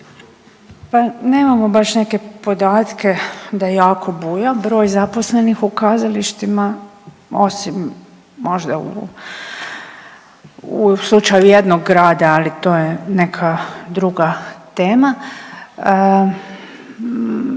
Pa nemamo baš neke podatke da jako buja broj zaposlenih u kazalištima, osim možda u slučaju jednog grada, ali to je neka druga tema.